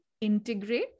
integrate